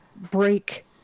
break